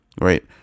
Right